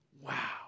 Wow